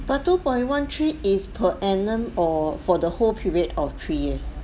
but two point one three is per annum or for the whole period of three years